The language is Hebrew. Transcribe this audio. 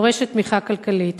דורשת תמיכה כלכלית."